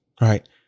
right